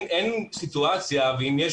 אין סיטואציה - ואם יש,